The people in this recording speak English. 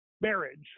marriage